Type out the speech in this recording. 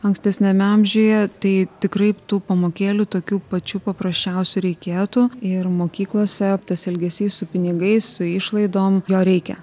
ankstesniame amžiuje tai tikrai tų pamokėlių tokių pačių paprasčiausių reikėtų ir mokyklose tas elgesys su pinigais su išlaidom jo reikia